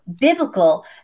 biblical